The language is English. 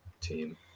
team